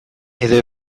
edo